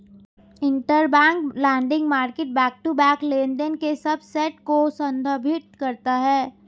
interbank lending market back to back लेनदेन के subset को संदर्भित करता है